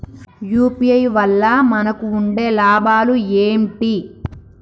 UPI వల్ల మనకు ఉండే లాభాలు ఏంటి?